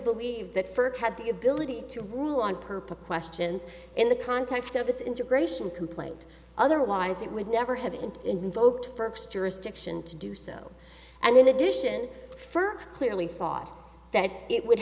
believe that first had the ability to rule on purpose questions in the context of its integration complaint otherwise it would never have been invoked jurisdiction to do so and in addition fir clearly thought that it would